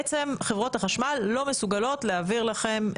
חברות החשמל לא מסוגלות להעביר לכם,